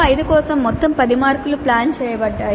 CO5 కోసం మొత్తం 10 మార్కులు ప్లాన్ చేయబడ్డాయి